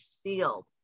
sealed